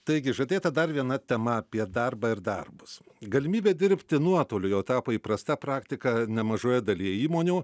taigi žadėta dar viena tema apie darbą ir darbus galimybė dirbti nuotoliu jau tapo įprasta praktika nemažoje dalyje įmonių